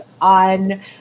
on